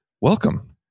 welcome